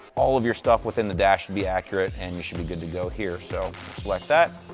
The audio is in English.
all of your stuff within the dash should be accurate, and you should be good to go here. so select that.